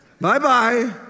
Bye-bye